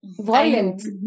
Violent